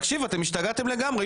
תקשיב, אתם השתגעתם לגמרי.